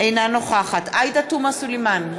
אינה נוכחת עאידה תומא סלימאן,